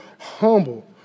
humble